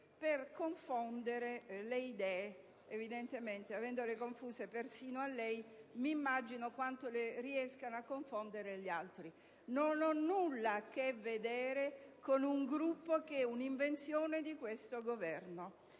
per confondere le idee. Ed avendole confuse persino a lei, immagino quanto riescano a confonderle agli altri. Non ho nulla a che vedere con un Gruppo che è un'invenzione di questo Governo.